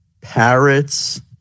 Parrots